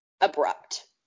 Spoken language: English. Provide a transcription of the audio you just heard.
abrupt